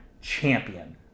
champion